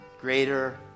greater